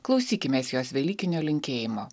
klausykimės jos velykinio linkėjimo